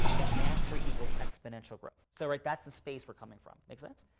and mastery equals exponential growth. so, right? that's the space we're coming from. make sense?